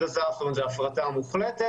הזר אנחנו קוראים לזה הפרטה מוחלטת.